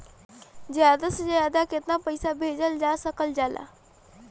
ज्यादा से ज्यादा केताना पैसा भेजल जा सकल जाला?